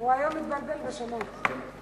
הוא היום מתבלבל בשמות.